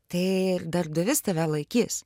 tai ir darbdavys tave laikys